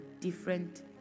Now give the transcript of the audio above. different